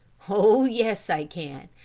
oh, yes i can,